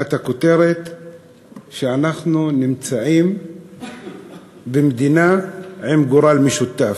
תחת הכותרת שאנחנו נמצאים במדינה עם גורל משותף,